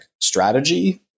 strategy